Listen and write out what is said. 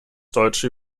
deutsche